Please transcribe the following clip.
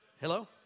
Hello